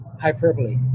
hyperbole